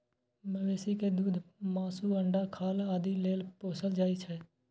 मवेशी कें दूध, मासु, अंडा, खाल आदि लेल पोसल जाइ छै